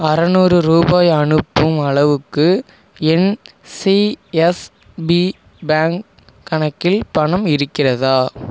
அறநூறு ரூபாய் அனுப்பும் அளவுக்கு என் சிஎஸ்பி பேங்க் கணக்கில் பணம் இருக்கிறதா